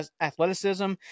athleticism